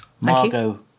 Margot